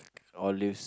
olives